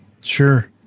Sure